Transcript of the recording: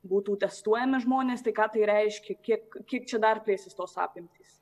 būtų testuojami žmonės tai ką tai reiškia kiek kiek čia dar plėsis tos apimtys